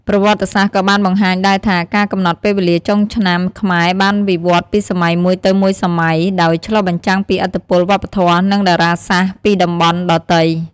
ប្រវត្តិសាស្ត្រក៏បានបង្ហាញដែរថា ការកំណត់ពេលវេលាចូលឆ្នាំខ្មែរបានវិវឌ្ឍន៍ពីសម័យមួយទៅមួយសម័យ ដោយឆ្លុះបញ្ចាំងពីឥទ្ធិពលវប្បធម៌ និងតារាសាស្ត្រពីតំបន់ដទៃ។